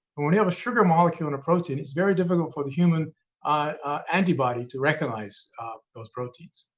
and when you have a sugar molecule on a protein it's very difficult for the human antibody to recognize those proteins,